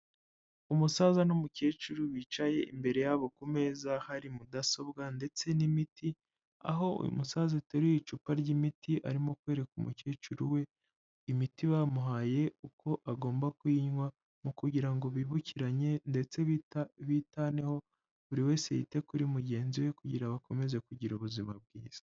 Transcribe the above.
Umusaza n'umukecuru bicaye imbere yabo ku meza hari mudasobwa ndetse n'imiti, aho uyu musaza ateruye icupa ry'imiti arimo kwereka umukecuru we, imiti bamuhaye uko agomba kuyinywa mu kugira ngo bibukiranye ndetse bitaneho buri wese yite kuri mugenzi we kugira ngo bakomeze kugira ubuzima bwiza.